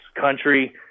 country